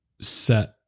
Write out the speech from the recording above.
set